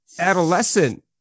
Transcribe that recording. Adolescent